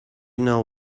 know